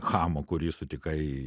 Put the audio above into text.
chamo kurį sutikai